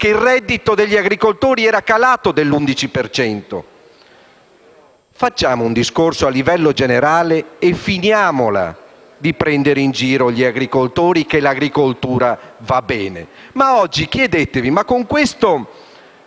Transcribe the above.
il reddito degli agricoltori era calato dell'11 per cento. Facciamo un discorso a livello generale e finiamola di prendere in giro gli agricoltori dicendo che l'agricoltura va bene. Oggi, chiedetevi cosa